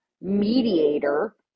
mediator